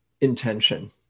intention